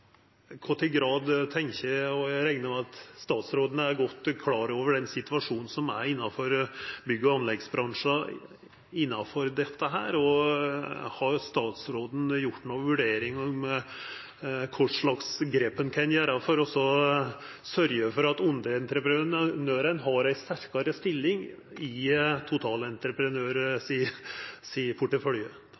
Eg reknar med at statsråden er klar over den situasjonen som er i bygg- og anleggsbransjen innanfor dette. Har statsråden gjort ei vurdering av kva slags grep ein kan ta for å sørgja for at underentreprenørane har ei sterkare stilling i porteføljen til totalentreprenøren?